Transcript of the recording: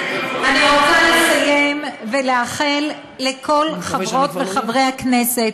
אני רוצה לסיים ולאחל לכל חברות וחברי הכנסת,